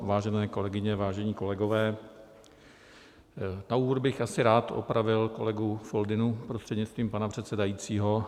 Vážené kolegyně, vážení kolegové, na úvod bych asi rád opravil kolegu Foldynu, prostřednictvím pana předsedajícího.